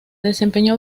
desempeñó